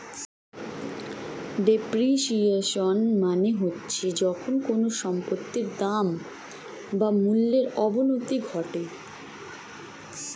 depreciation মানে হচ্ছে যখন কোনো সম্পত্তির দাম বা মূল্যর অবনতি ঘটে